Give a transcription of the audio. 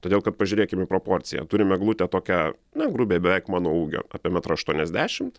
todėl kad pažiūrėkim į proporciją turim eglutę tokią na grubiai beveik mano ūgio apie metrą aštuoniasdešimt